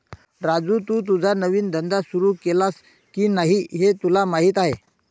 राजू, तू तुझा नवीन धंदा सुरू केलास की नाही हे तुला माहीत आहे